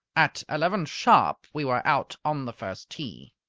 at eleven sharp we were out on the first tee.